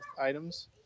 items